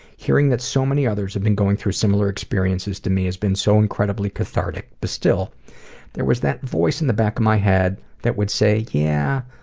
hearing that so many others have been going through similar experiences to me has been so incredibly cathartic, but still there was that voice in the back of my head, that would say yeah,